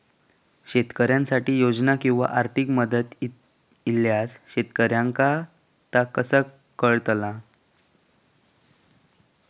शेतकऱ्यांसाठी योजना किंवा आर्थिक मदत इल्यास शेतकऱ्यांका ता कसा कळतला?